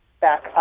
back